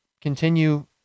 continue